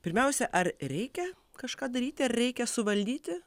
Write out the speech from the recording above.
pirmiausia ar reikia kažką daryti ar reikia suvaldyti